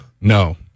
No